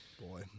Boy